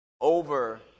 over